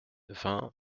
vingt